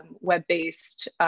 web-based